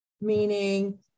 meaning